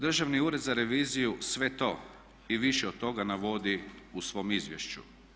Državni ured za reviziju sve to i više od toga navodi u svom izvješću.